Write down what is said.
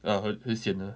ya 很很 sian ah